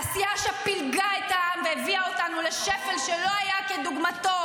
עשייה שפילגה את העם והובילה אותנו לשפל שלא היה כדוגמתו.